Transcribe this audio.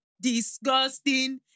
disgusting